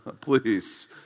Please